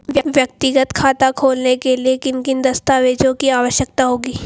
व्यक्तिगत खाता खोलने के लिए किन किन दस्तावेज़ों की आवश्यकता होगी?